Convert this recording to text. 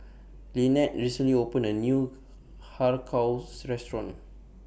Lynnette recently opened A New Har Kow Restaurant